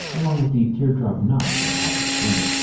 along with the teardrop notch in the top of the screen.